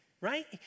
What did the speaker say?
right